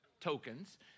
Tokens